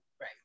Right